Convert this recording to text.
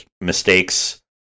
mistakes